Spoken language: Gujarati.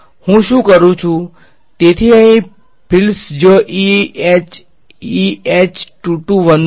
હું શું કરું છું તેથી અહીં ફિલ્ડ્સ જ્યાં E H અને E H 22 11